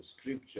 scripture